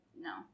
no